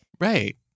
Right